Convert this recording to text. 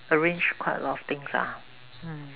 arrange quite a lot of things lah mm